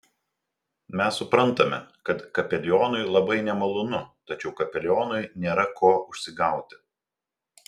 mes suprantame kad kapelionui labai nemalonu tačiau kapelionui nėra ko užsigauti